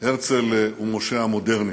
הרצל הוא משה המודרני: